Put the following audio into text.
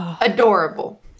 Adorable